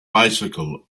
bicycle